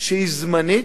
שהיא זמנית,